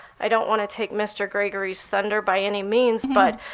i don't want to take mr. gregory's thunder by any means, but